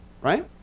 right